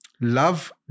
love